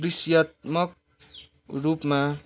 दृश्यात्मक रूपमा